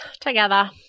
together